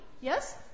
Yes